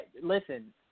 listen